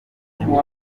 igihugu